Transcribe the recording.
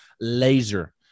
laser